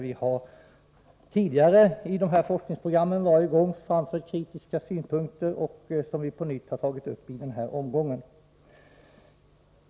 Vi har tidigare i fråga om varje forskningsprogram framfört kritiska synpunkter, och vi har på nytt tagit upp dem i denna omgång.